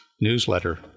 newsletter